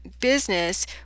business